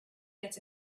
gets